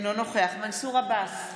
אינו נוכח מנסור עבאס,